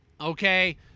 Okay